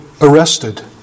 arrested